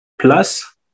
plus